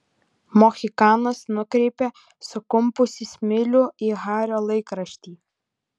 mohikanas nukreipė sukumpusį smilių į hario laikraštį